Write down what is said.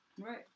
Right